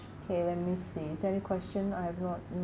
okay let me see is there any question I've not